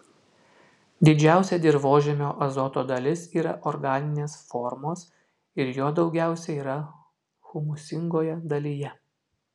didžiausia dirvožemio azoto dalis yra organinės formos ir jo daugiausiai yra humusingoje dalyje